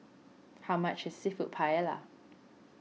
how much is Seafood Paella